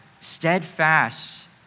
steadfast